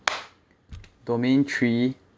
domain three